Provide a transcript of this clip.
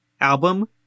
album